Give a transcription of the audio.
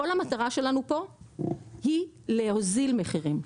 כל המטרה שלנו פה היא הוזלת מחירים,